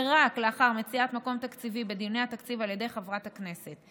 ורק לאחר מציאת מקור תקציבי בדיוני התקציב על ידי חברת הכנסת.